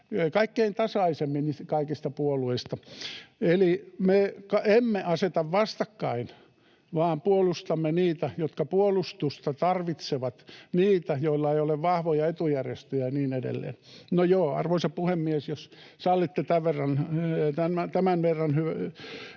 kaikkein tasaisimmin kaikista puolueista. Eli me emme aseta vastakkain vaan puolustamme niitä, jotka puolustusta tarvitsevat, niitä, joilla ei ole vahvoja etujärjestöjä, ja niin edelleen. — No joo, arvoisa puhemies, jos sallitte tämän verran